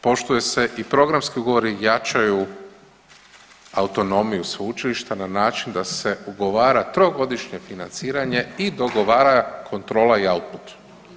Poštuje se i programski ugovori jačaju autonomiju sveučilišta na način da se ugovara trogodišnje financiranje i dogovora kontrola i output.